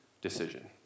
decision